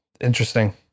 interesting